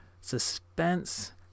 suspense